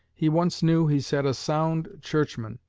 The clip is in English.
he once knew, he said, a sound churchman,